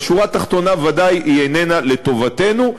אבל השורה התחתונה ודאי איננה לטובתנו,